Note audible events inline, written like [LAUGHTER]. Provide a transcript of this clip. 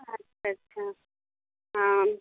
[UNINTELLIGIBLE] हाँ